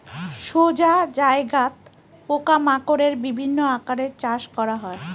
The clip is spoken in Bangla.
সোজা জায়গাত পোকা মাকড়ের বিভিন্ন আকারে চাষ করা হয়